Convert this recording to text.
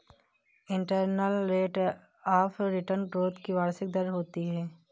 internal rate of return growth की वार्षिक दर होती है